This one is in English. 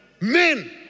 Men